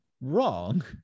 wrong